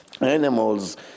animals